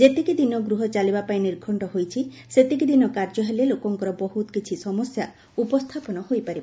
ଯେତିକିଦିନ ଗୃହ ଚାଲିବାପାଇଁ ନିର୍ଘଣ୍କ ହୋଇଛି ସେତିକି ଦିନ କାର୍ଯ୍ୟ ହେଲେ ଲୋକଙ୍କର ବହ୍ରତ କିଛି ସମସ୍ୟା ଉପସ୍କାପନ ହୋଇପାରିବ